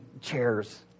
chairs